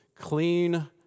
clean